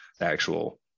actual